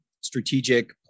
strategic